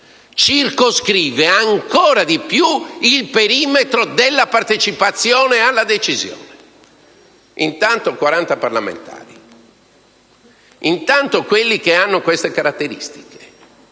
circoscrive ancora di più il perimetro della partecipazione alla decisione. Intanto, quaranta parlamentari; intanto quelli che hanno certe caratteristiche;